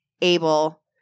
able